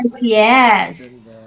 Yes